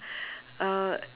uh